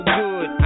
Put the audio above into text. good